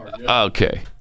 Okay